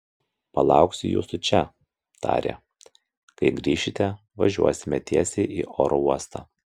palauksiu jūsų čia tarė kai grįšite važiuosime tiesiai į oro uostą